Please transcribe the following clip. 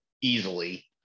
easily